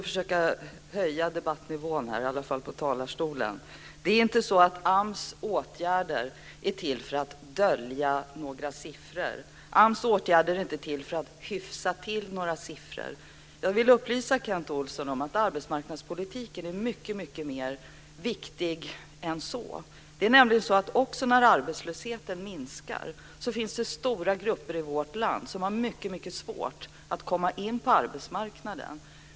Fru talman! AMS åtgärder är inte till för att dölja några siffror. AMS åtgärder är inte till för att hyfsa till några siffror. Jag vill upplysa Kent Olsson om att arbetsmarknadspolitiken är mycket viktigare än så. Också när arbetslösheten minskar finns det nämligen stora grupper i vårt land som har mycket svårt att komma in på arbetsmarknaden.